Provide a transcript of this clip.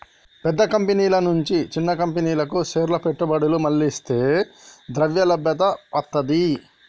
పెద్ద కంపెనీల నుంచి చిన్న కంపెనీలకు షేర్ల పెట్టుబడులు మళ్లిస్తే ద్రవ్యలభ్యత వత్తది